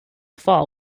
fall